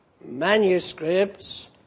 manuscripts